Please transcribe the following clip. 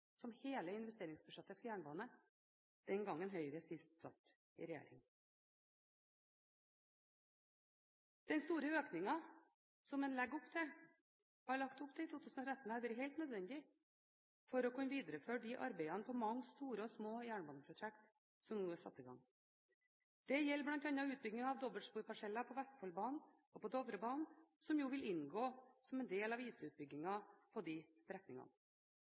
som hele investeringsbudsjettet for jernbane den gangen Høyre sist satt i regjering. Den store økningen en har lagt opp til i 2013, har vært helt nødvendig for å kunne videreføre de arbeidene på mange store og små jernbaneprosjekt som nå er satt i gang. Det gjelder bl.a. utbyggingen av dobbeltsporparseller på Vestfoldbanen og på Dovrebanen, som jo vil inngå som en del av intercityutbyggingen på de strekningene.